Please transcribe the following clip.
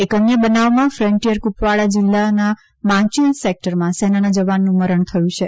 એક અન્ય બનાવમાં ફન્ટીઅર કુપવાડા જિલ્લાના માંચીલ સેક્ટરમાં સેનાના જવાનનું મરણ થયું હતું